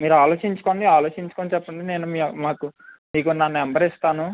మీరు ఆలోచించుకోండి ఆలోచించుకుని నేను మీ మాకు మీకు నా నెంబర్ ఇస్తాను